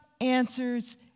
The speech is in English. answers